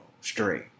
straight